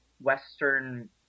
western